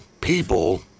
people